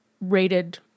rated